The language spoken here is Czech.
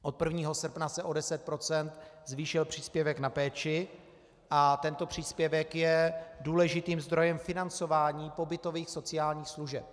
Od 1. srpna se o 10 % zvýšil příspěvek na péči a tento příspěvek je důležitým zdrojem financování pobytových sociálních služeb.